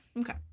Okay